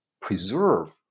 preserve